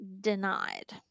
denied